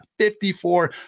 54